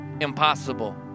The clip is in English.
impossible